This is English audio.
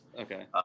Okay